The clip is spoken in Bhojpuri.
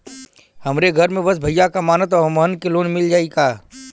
हमरे घर में बस भईया कमान तब हमहन के लोन मिल जाई का?